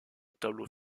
tableau